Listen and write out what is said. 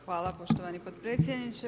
Hvala poštovani podpredsjedniče.